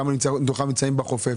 כמה מתוכם נמצאים בחופף.